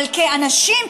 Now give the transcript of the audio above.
אבל כאנשים,